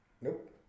Nope